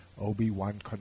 Obi-Wan